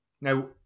now